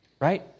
Right